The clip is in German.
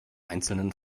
einzelnen